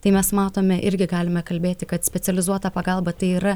tai mes matome irgi galime kalbėti kad specializuota pagalba tai yra